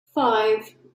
five